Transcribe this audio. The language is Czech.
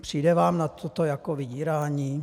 Přijde vám toto jako vydírání?